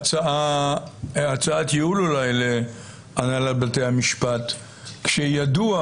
הצעת ייעול אולי להנהלת בתי המשפט: כשידוע